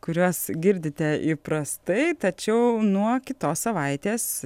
kuriuos girdite įprastai tačiau nuo kitos savaitės